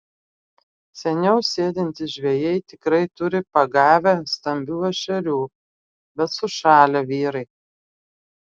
seniau sėdintys žvejai tikrai turi pagavę stambių ešerių bet sušalę vyrai